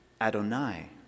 Adonai